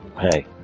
Hey